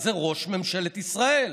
זה ראש ממשלת ישראל.